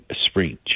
speech